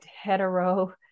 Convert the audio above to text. hetero